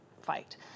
fight